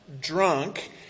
drunk